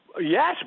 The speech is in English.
Yes